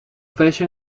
fece